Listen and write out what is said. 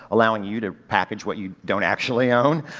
allowing you to package what you don't actually own,